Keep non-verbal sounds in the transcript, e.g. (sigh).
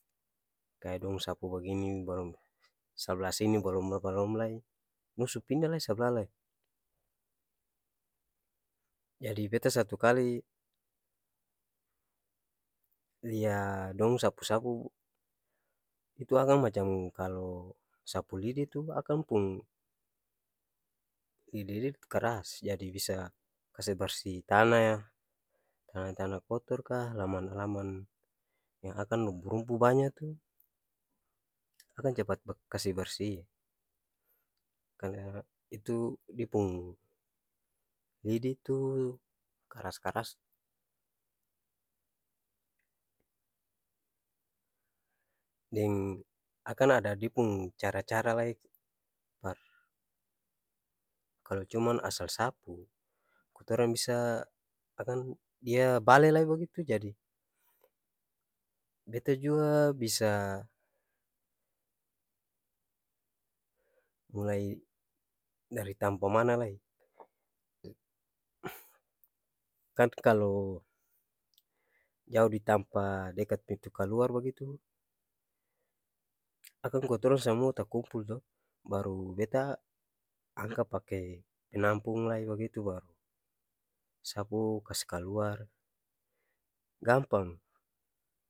Kaya dong sapu begini belom sabla sini balom-balom lai dong su pinda lai sabla lai jadi beta satu kali lia dong sapu-sapu itu akang macam kalo sapu lidi tu akang pung lidi-lidi tu karas jadi bisa kase barsi tanah, tana-tana kotor ka halaman-halaman yang akang rumpu-rumpu banya tu akang capat ba kasi barsi karna itu dia pung lidi tu karas-karas deng akang ada dia pung cara-cara lai tu par kalo cuman asal sapu, kotoran bisa akang dia bale lai bagitu jadi beta jua bisa mulai dari tampa mana lai (noise) kan kalo jao di tampa dekat pintu kaluar bagitu akang kotoran samua takumpul to baru beta angka pake penampung lai bagitu baru sapu kas kaluar gampang.